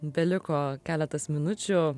beliko keletas minučių